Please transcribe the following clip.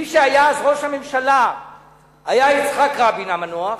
מי שהיה אז ראש הממשלה היה יצחק רבין המנוח,